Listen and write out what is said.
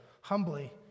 humbly